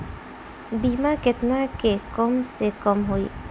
बीमा केतना के कम से कम होई?